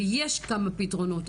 ויש כמה פתרונות.